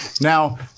now